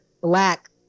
black